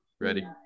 Ready